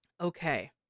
Okay